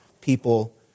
people